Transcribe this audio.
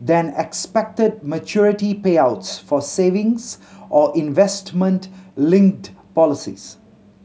than expected maturity payouts for savings or investment linked policies